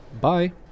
Bye